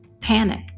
Panic